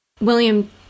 William